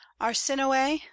Arsinoe